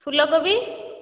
ଫୁଲକୋବି